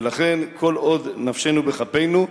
ולכן, כל עוד נפשנו בכפנו,